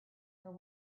for